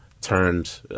turned